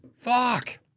Fuck